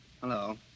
Hello